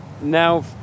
now